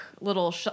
little